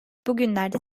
bugünlerde